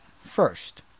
first